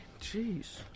jeez